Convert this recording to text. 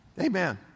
Amen